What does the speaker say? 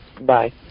Bye